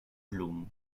blum